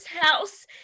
house